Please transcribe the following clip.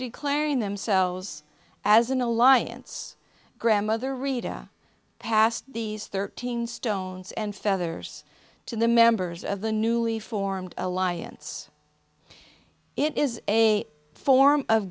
declaring themselves as an alliance grandmother rida passed these thirteen stones and feathers to the members of the newly formed alliance it is a form of